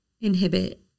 inhibit